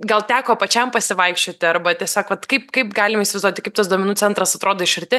gal teko pačiam pasivaikščioti arba tiesog vat kaip kaip galim įsivaizduoti kaip tas duomenų centras atrodo iš arti